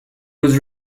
was